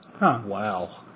wow